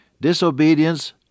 disobedience